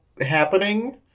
happening